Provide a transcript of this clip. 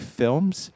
films